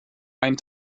ein